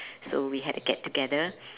so we had a get together